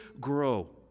grow